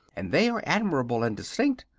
and they are admirable and distinct.